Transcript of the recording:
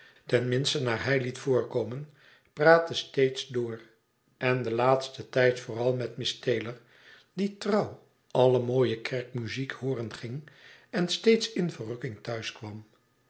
ten minste naar hij liet voorkomen praatte steeds door en den laatsten tijd vooral met miss taylor die trouw alle mooie kerkmuziek hooren ging en steeds in verrukking